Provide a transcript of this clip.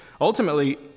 Ultimately